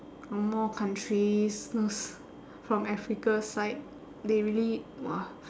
angmoh countries those from africa side they really !wah!